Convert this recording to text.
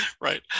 Right